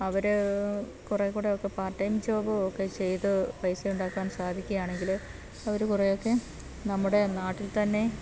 അവര് കുറെ കൂടെ ഒക്കെ പാർട് ടൈം ജോബ് ഒക്കെ ചെയ്ത് പൈസ ഉണ്ടാക്കാൻ സാധിക്കുകയാണെങ്കില് അവര് കുറെയൊക്കെ നമ്മുടെ നാട്ടിൽ തന്നെ